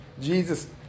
Jesus